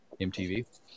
MTV